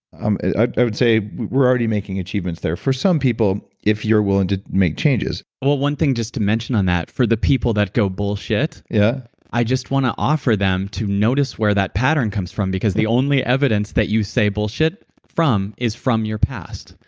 um i would say we're already making achievements there for some people, if you're willing to make changes well one thing just to mention on that. for the people that go bullshit, yeah i just want to offer them to notice where that pattern comes from, because the only evidence that you say bullshit from is from your past,